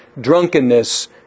drunkenness